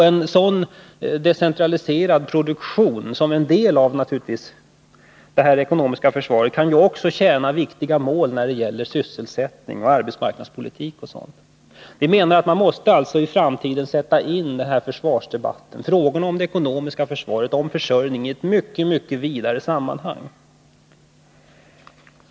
En sådan decentraliserad produktion som en del av det ekonomiska försvaret kan också tjäna viktiga mål när det gäller sysselsättning, arbetsmarknadspolitik m.m. Vi menar alltså att man i försvarsdebatten i framtiden måste sätta in frågor om det ekonomiska försvaret och om försörjning i ett mycket vidare sammanhang.